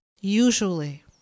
Usually